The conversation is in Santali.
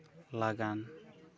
ᱞᱟᱜᱟᱱ